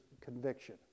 conviction